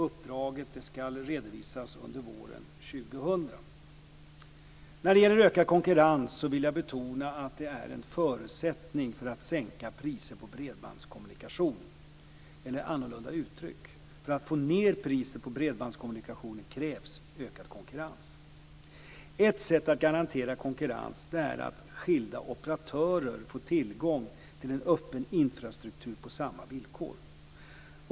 Uppdraget ska redovisas under våren 2000. När det gäller ökad konkurrens vill jag betona att det är en förutsättning för att sänka priser på bredbandskommunikation. Eller annorlunda uttryckt: För att få ned priset på bredbandskommunikation krävs ökad konkurrens. Ett sätt att garantera konkurrens är att skilda operatörer får tillgång till en öppen infrastruktur på samma villkor.